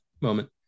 moment